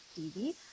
TV